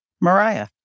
Mariah